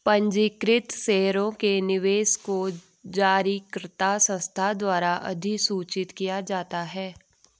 पंजीकृत शेयरों के निवेशक को जारीकर्ता संस्था द्वारा अधिसूचित किया जाता है